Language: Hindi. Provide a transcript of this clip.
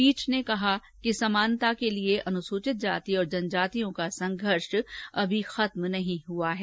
पीठ ने कहा कि समानता के लिए अनुसूचित जाति और जनजातियों का संघर्ष अभी खत्म नहीं हुआ है